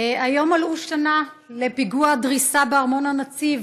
היום מלאה שנה לפיגוע הדריסה בארמון הנציב,